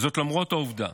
וזאת למרות העובדה